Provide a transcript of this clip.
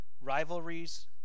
rivalries